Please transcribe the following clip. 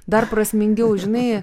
dar prasmingiau žinai